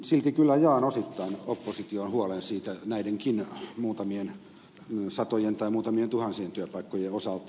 silti kyllä jaan osittain opposition huolen näidenkin muutamien satojen tai muutamien tuhansien työpaikkojen osalta